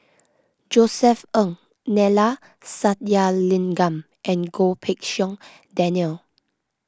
Josef Ng Neila Sathyalingam and Goh Pei Siong Daniel